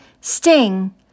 sting